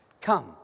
come